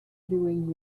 doing